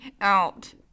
out